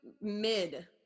Mid